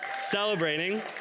celebrating